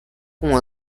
com